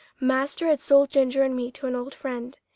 master had sold ginger and me to an old friend.